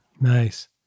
Nice